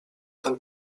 ten